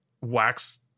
wax